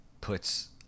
puts